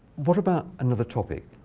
what about another topic